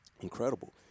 Incredible